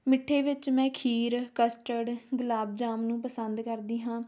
ਮਿੱਠੇ ਵਿੱਚ ਮੈਂ ਖੀਰ ਕਸਟਰਡ ਗੁਲਾਬ ਜਾਮੁਨ ਨੂੰ ਪਸੰਦ ਕਰਦੀ ਹਾਂ